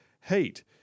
hate